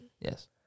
Yes